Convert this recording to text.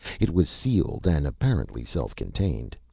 it was sealed, and apparently self-contained.